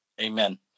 Amen